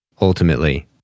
ultimately